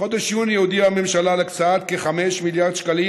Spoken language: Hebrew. בחודש יוני הודיעה הממשלה על הקצאת כ-5 מיליארד שקלים